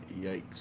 Yikes